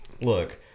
look